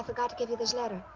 and to give you this letter,